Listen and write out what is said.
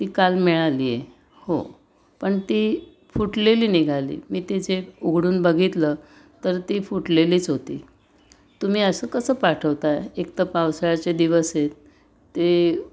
ती काल मिळाली आहे हो पण ती फुटलेली निघाली मी ती जे उघडून बघितलं तर ती फुटलेलीच होती तुम्ही असं कसं पाठवता एक तर पावसाळ्याचे दिवस आहेत ते